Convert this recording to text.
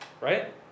right